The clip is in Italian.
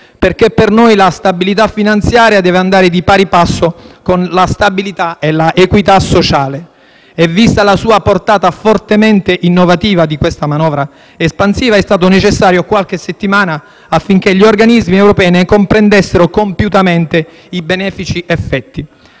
perché per noi la stabilità finanziaria deve andare di pari passo con la stabilità e l'equità sociale. Vista la portata fortemente innovativa ed espansiva di questa manovra è stata necessaria qualche settimana affinché gli organismi europei ne comprendessero compiutamente i benefici effetti.